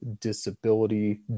disability